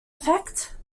effect